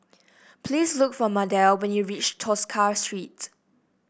please look for Mardell when you reach Tosca Street